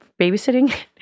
babysitting